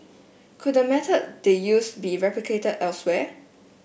could the method they used be replicated elsewhere